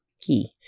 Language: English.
key